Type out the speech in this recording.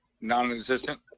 non-existent